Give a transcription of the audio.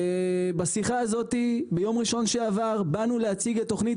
בשיחה ביום ראשון שעבר באנו להציג את תוכנית